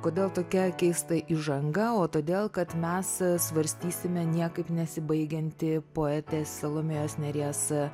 kodėl tokia keista įžanga o todėl kad mes svarstysime niekaip nesibaigiantį poetės salomėjos nėries